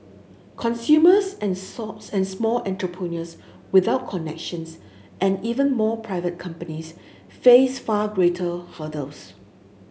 consumers and socks and small entrepreneurs without connections and even more private companies face far greater hurdles